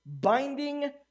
binding